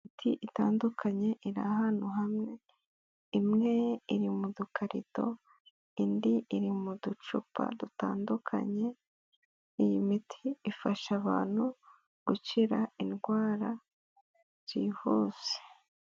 Imiti itandukanye iri ahantu hamwe. Imwe iri mu dukarito, indi iri mu ducupa dutandukanye. Iyi miti ifasha abantu, gukira indwara byihuse.